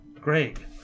Greg